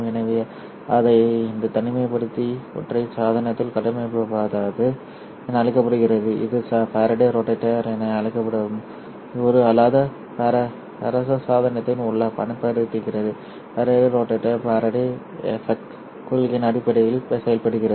எனவே இந்த தனிமைப்படுத்தி ஒற்றை சாதனத்தில் கட்டமைக்கப்படாதது என அழைக்கப்படுகிறது இது ஃபாரடே ரோட்டேட்டர் என அழைக்கப்படும் ஒரு அல்லாத பரஸ்பர சாதனத்தின் உள்ளே பயன்படுத்துகிறது ஃபாரடே ரோட்டேட்டர் ஃபாரடே எஃபெக்ட் கொள்கையின் அடிப்படையில் செயல்படுகிறது